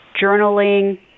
Journaling